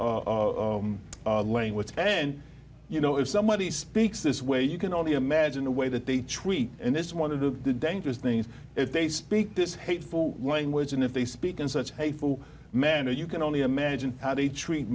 hateful language and you know if somebody speaks this way you can only imagine the way that they treat and it's one of the dangerous things if they speak this hateful language and if they speak in such hateful manner you can only imagine how they treat